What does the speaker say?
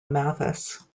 mathis